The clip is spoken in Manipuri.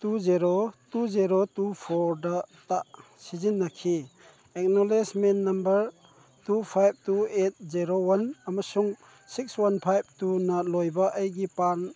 two zero two zero two ꯐꯣꯔꯗ ꯁꯤꯖꯤꯟꯅꯈꯤ acknowledgement number two five two eight zero one ꯑꯃꯁꯨꯡ ꯁꯤꯛꯁ ꯋꯥꯟ ꯐꯥꯏꯚ ꯇꯨꯅ ꯂꯣꯏꯕ ꯑꯩꯒꯤ ꯄꯥꯟ